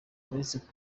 uretse